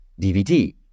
DVT